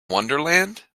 wonderland